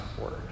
Word